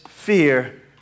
Fear